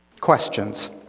Questions